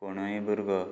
कोणूय भुरगो